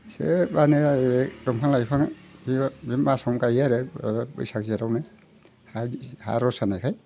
सोबानो जाजोबो बिफां लाइफां बे मासावनो गायो आरो बैसाग जेथआवनो हाया रस जानायखाय